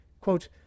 Quote